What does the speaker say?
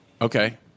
Okay